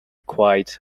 quiet